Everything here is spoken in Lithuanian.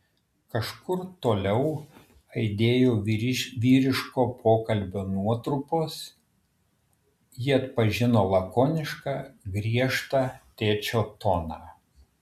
kažkur toliau aidėjo vyriško pokalbio nuotrupos ji atpažino lakonišką griežtą tėčio toną